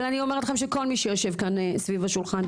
אבל אני אומרת לכם שכל מי שיושב כאן סביב השולחן,